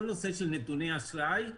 כל נושא של נתוני האשראי,